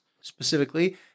specifically